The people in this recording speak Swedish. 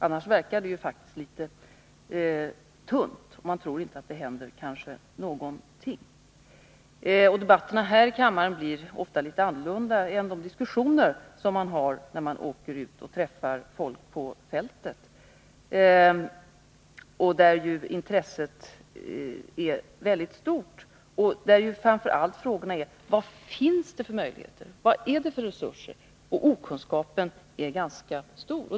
Annars verkar det ju litet tunt, och man tror kanske inte att det händer någonting. Debatterna här i kammaren blir ofta litet annorlunda än de diskussioner som man har när man åker ut och träffar folk på fältet, där intresset är väldigt stort och där framför allt frågan är vad det finns för möjligheter och resurser. Okunskapen är ganska stor.